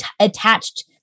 attached